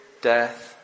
death